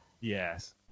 Yes